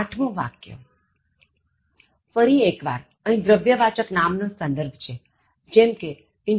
આઠમું વાક્યફરી એકવાર અહીં દ્રવ્યવાચક નામ નો સંદર્ભ છે જેમ કે "information"